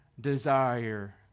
desire